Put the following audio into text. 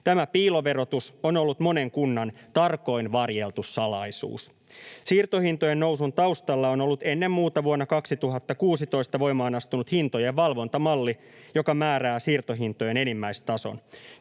Tämä piiloverotus on ollut monen kunnan tarkoin varjeltu salaisuus. Siirtohintojen nousun taustalla on ollut ennen muuta vuonna 2016 voimaan astunut hintojen valvontamalli, joka määrää siirtohintojen enimmäistason.